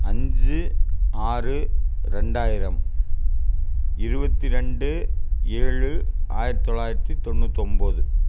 அஞ்சு ஆறு ரெண்டாயிரம் இருபத்தி ரெண்டு ஏழு ஆயிரத்து தொள்ளாயிரத்தி தொண்ணுாத்தொம்பது